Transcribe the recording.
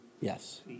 Yes